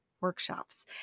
workshops